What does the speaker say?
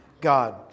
God